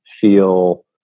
feel